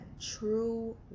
True